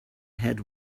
had